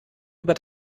über